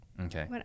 Okay